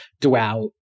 throughout